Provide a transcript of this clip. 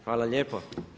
Hvala lijepo.